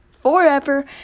forever